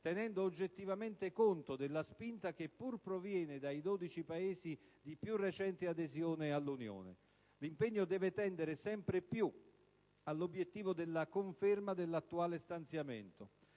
tenendo oggettivamente conto della spinta che pur proviene dai 12 Paesi di più recente adesione all'Unione. L'impegno deve tendere sempre più all'obiettivo della conferma dell'attuale stanziamento.